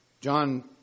John